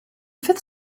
fifth